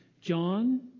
John